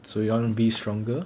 so you want to be stronger